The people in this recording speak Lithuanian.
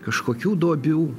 kažkokių duobių